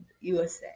USA